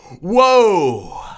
Whoa